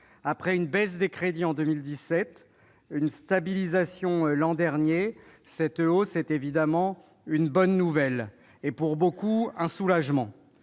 Après une baisse des crédits en 2017 et une stabilisation l'an dernier, cette hausse est évidemment une bonne nouvelle et, pour beaucoup, un soulagement.